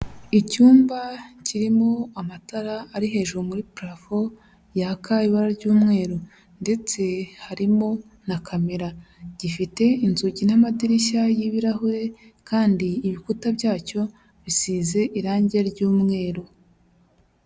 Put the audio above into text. Icyumba kirimo amatara ari hejuru muri parafo yaka ibara ry'umweru, ndetse harimo na kamera, gifite inzugi n'amadirishya y'ibirahure kandi ibikuta byacyo bisize irangi ry'umweru.